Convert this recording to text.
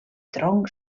tronc